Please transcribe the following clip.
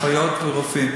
אחיות ורופאים.